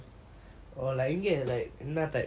இங்க என்னத்த:inga ennatha